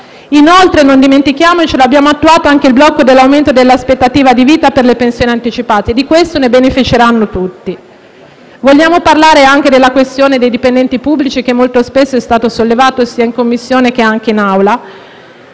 diritto. Non dimentichiamo inoltre - e l'abbiamo attuato - il blocco dell'aumento dell'aspettativa di vita per le pensioni anticipate. Di questo ne beneficeranno tutti. Vogliamo parlare anche della questione dei dipendenti pubblici, che molto spesso è stata sollevata sia in Commissione che in Aula.